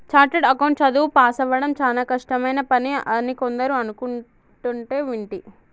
chartered account చదువు పాసవ్వడం చానా కష్టమైన పని అని కొందరు అనుకుంటంటే వింటి